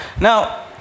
Now